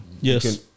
Yes